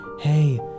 hey